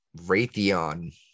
Raytheon